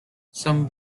some